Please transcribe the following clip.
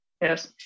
Yes